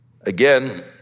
Again